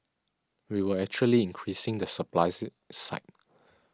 we were actually increasing the supply side